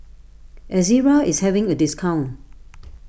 Ezerra is having a discount